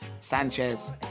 Sanchez